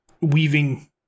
weaving